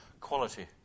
quality